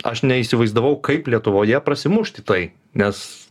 aš neįsivaizdavau kaip lietuvoje prasimušt į tai nes